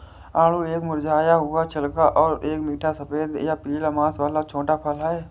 आड़ू एक मुरझाया हुआ छिलका और एक मीठा सफेद या पीला मांस वाला छोटा फल है